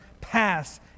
pass